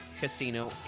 Casino